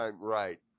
Right